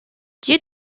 due